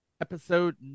Episode